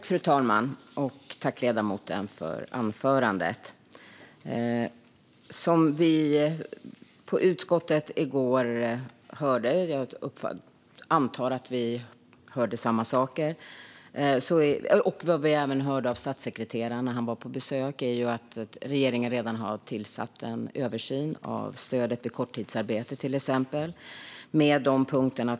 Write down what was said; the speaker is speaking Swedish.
Fru talman! Tack, ledamoten, för anförandet! Som vi hörde i utskottet i går och som vi även hörde av statssekreteraren när han var på besök - jag antar att vi hörde samma saker - har regeringen redan tillsatt en översyn av stödet vid korttidsarbete till exempel.